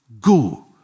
go